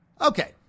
Okay